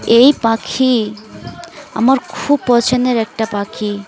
এই পাখি আমার খুব পছন্দের একটা পাখি